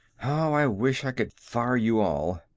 how i wish i could fire you all!